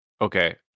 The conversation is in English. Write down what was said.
Okay